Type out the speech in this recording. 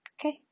Okay